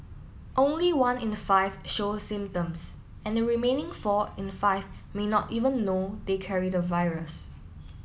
only one in five show symptoms and the remaining four in five may not even know they carry the virus